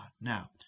Now